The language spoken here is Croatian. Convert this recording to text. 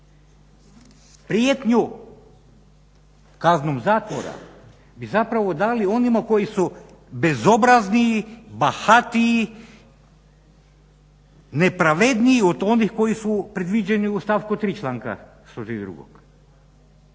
prijetnju kaznom zatvora bi zapravo dali onima koji su bezobrazniji, bahatiji, nepravedniji od onih koji su predviđeni u stavku 3. članka 132., to